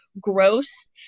gross